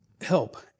help